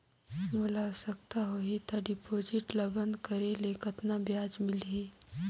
मोला आवश्यकता होही त डिपॉजिट ल बंद करे ले कतना ब्याज मिलही?